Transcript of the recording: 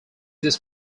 this